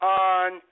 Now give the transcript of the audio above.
on